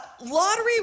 lottery